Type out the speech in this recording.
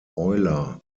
euler